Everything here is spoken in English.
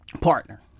partner